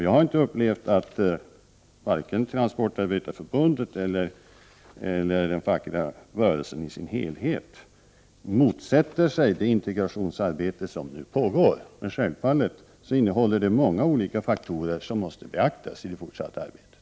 Jag har inte upplevt att vare sig Transportarbetareförbundet eller den fackliga rörelsen i sin helhet motsätter sig det integrationsarbete som nu pågår. Men självfallet är det många olika faktorer som måste beaktas i det fortsatta arbetet.